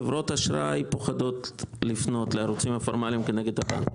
חברות אשראי פוחדות לפנות לערוצים הפורמליים נגד הבנק.